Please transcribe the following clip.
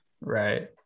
Right